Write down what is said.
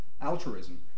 altruism